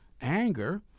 Anger